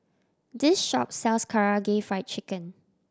this shop sells Karaage Fried Chicken